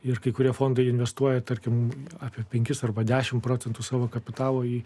ir kai kurie fondai investuoja tarkim apie penkis arba dešim procentų savo kapitalo jį